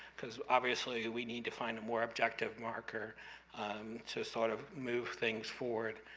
because obviously we need to find a more objective marker um to sort of move things forward